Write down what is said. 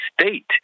state